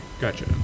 Gotcha